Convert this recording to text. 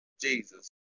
Jesus